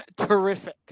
terrific